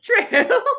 true